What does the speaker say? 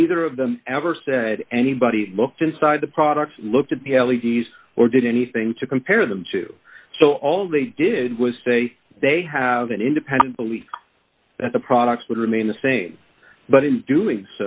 neither of them ever said anybody looked inside the products looked at the l e d s or did anything to compare them to so all they did was say they have an independent belief that the products would remain the same but in doing